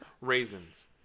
Raisins